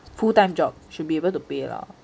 full time job should be able to pay lah